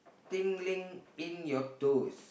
think link in your toast